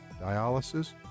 dialysis